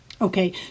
Okay